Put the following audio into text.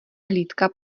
hlídka